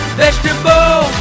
vegetable